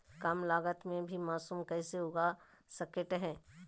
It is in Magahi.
कम लगत मे भी मासूम कैसे उगा स्केट है?